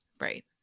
right